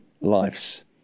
lives